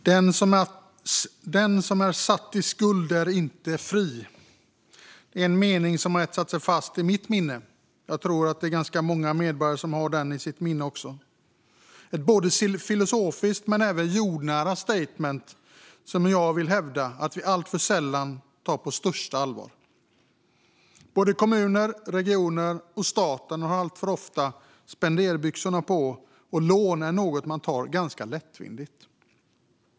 Fru talman! Den som är satt i skuld är inte fri. Det är en mening som etsat sig fast i mitt minne. Jag tror att det är ganska många medborgare som också har den i sitt minne. Det är ett filosofiskt men även jordnära statement som jag vill hävda att vi alltför sällan tar på största allvar. Både kommuner, regioner och staten har alltför ofta spenderbyxorna på, och lån är något man tar ganska lättvindigt.